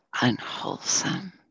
unwholesome